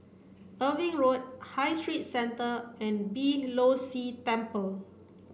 Irving Road High Street Centre and Beeh Low See Temple